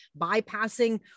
bypassing